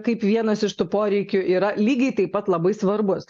kaip vienas iš tų poreikių yra lygiai taip pat labai svarbus